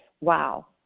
Wow